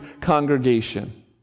congregation